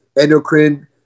endocrine